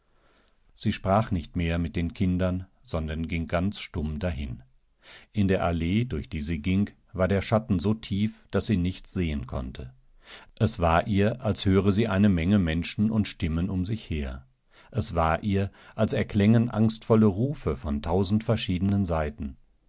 sie sprach nicht mehr mit den kindern sondern ging ganz stumm dahin in der allee durch die sie ging war der schatten so tief daß sie nichts sehen konnte eswarihr höresieeinemengemenschenundstimmenumsichher es war ihr als erklängen angstvolle rufe von tausend verschiedenen seiten